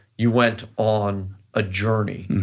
you went on a journey,